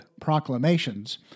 proclamations